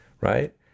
right